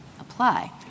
apply